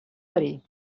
verí